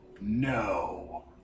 No